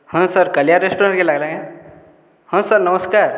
ହଁ ସାର୍ କାଲିଆ ରେଷ୍ଟୁରାଣ୍ଟ୍କେ ଲାଗ୍ଲା କେଁ ହଁ ସାର୍ ନମସ୍କାର୍